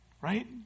Right